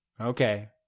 Okay